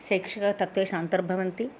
शैक्षिकतत्वेषु अन्तर्भवन्ति